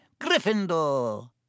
Gryffindor